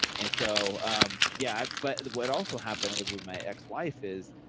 and so um yeah but what also happened was with my ex wife is,